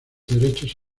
derechos